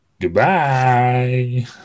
Goodbye